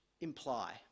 imply